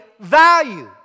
value